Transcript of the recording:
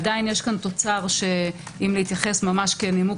עדיין יש כאן תוצר שאם להתייחס ממש כנימוק